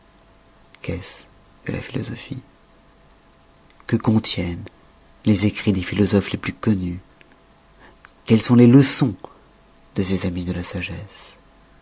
qu'est-ce que la philosophie que contiennent les écrits des philosophes les plus connus quelles sont les leçons de ces amis de la sagesse